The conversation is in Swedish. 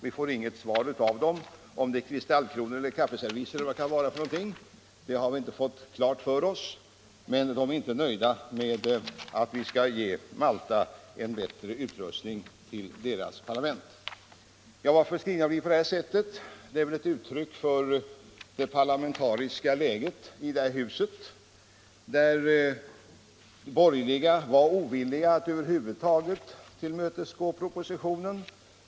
Vi får inget svar av dem, om det är kristallkronor eller kaffeserviser eller vad det kan vara har vi inte fått klart för oss. Men de är inte nöjda med att vi skall ge Malta en bättre utrustning till sitt parlament. Att skrivningen blivit på det här sättet är väl ett uttryck för det parlamentariska läget i det här huset, där de borgerliga var ovilliga att över huvud taget tillmötesgå propositionen.